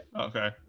Okay